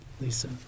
Lisa